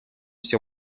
все